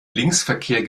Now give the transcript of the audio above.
linksverkehr